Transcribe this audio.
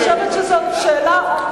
אני חושבת שזאת שאלה,